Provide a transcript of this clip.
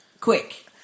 quick